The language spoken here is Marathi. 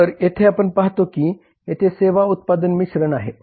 तर येथे आपण पाहतो की येथे सेवा उत्पादन मिश्रण आहे